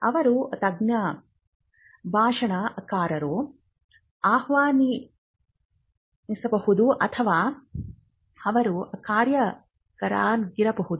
ಅವರು ತಜ್ಞ ಭಾಷಣಕಾರರನ್ನು ಆಹ್ವಾನಿಸಬಹುದು ಅಥವಾ ಅವರು ಕಾರ್ಯಾಗಾರಗಳನ್ನು ನಡೆಸಬಹುದು